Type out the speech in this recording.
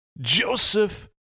Joseph